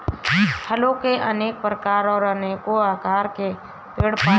फलों के अनेक प्रकार और अनेको आकार के पेड़ पाए जाते है